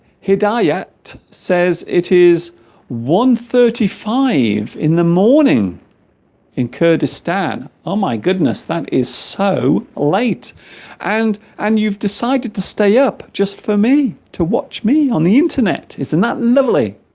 he diet says it is one thirty five in the morning in kurdistan oh my goodness that is so late and and you've decided to stay up just for me to watch me on the internet isn't that lovely